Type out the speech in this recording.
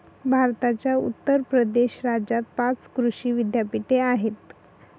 भारताच्या उत्तर प्रदेश राज्यात पाच कृषी विद्यापीठे आहेत